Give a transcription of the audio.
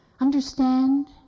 Understand